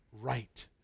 right